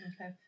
Okay